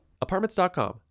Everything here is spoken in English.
Apartments.com